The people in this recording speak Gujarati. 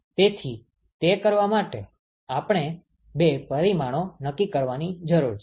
તેથી તે કરવા માટે આપણે બે પરિમાણો નક્કી કરવાની જરૂર છે